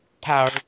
power